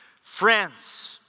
Friends